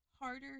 harder